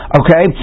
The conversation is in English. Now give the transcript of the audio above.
okay